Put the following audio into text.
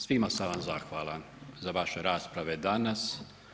Svima sam vam zahvalan za vaše rasprave danas.